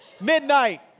Midnight